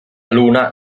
luna